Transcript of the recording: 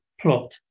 plot